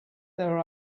there